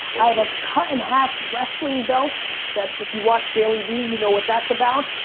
i've a cut in half wrestling belt that, if you watch dailyvee, you know what that's about,